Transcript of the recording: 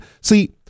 see